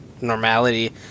normality